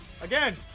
Again